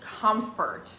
comfort